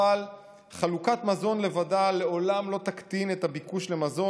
אבל חלוקת מזון לבדה לעולם לא תקטין את הביקוש למזון.